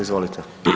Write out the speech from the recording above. Izvolite.